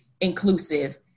inclusive